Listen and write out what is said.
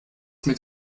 mit